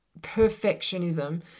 perfectionism